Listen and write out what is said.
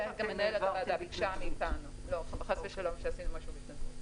כן, גם מנהלת הוועדה ביקשה מאיתנו.